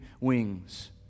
wings